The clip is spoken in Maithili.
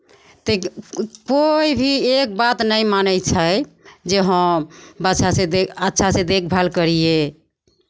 तऽ कोइ भी एक बात नहि मानै छै जे हँ बच्छासँ देख अच्छासँ देखभाल करियै